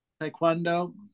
taekwondo